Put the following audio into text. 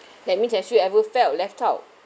that means have you ever felt left out